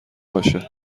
باشه